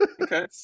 Okay